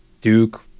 Duke